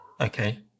Okay